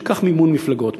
שייקח מימון מפלגות,